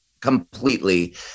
completely